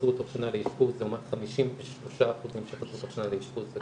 שחזרו תוך שנה לאשפוז לעומת 53% שחזרו תוך שנה לאשפוז.